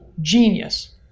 genius